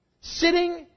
sitting